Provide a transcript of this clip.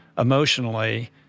emotionally